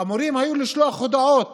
אמורות היו לשלוח הודעות